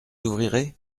ouvrirez